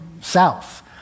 south